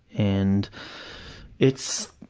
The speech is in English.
and it's,